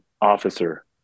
officer